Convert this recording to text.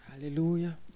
Hallelujah